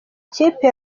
kipe